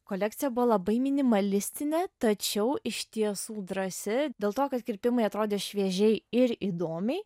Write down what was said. kolekcija buvo labai minimalistinė tačiau iš tiesų drąsi dėl to kad kirpimai atrodė šviežiai ir įdomiai